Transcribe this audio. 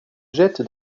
jette